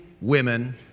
women